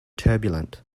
turbulent